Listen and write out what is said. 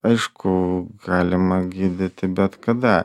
aišku galima gydyti bet kada